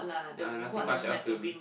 ya nothing much else to